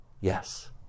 Yes